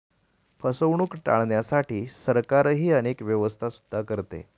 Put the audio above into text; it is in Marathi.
फसवणूक टाळण्यासाठी सरकारही अनेक व्यवस्था सुद्धा करते